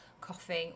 coughing